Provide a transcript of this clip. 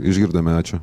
išgirdome ačiū